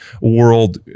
World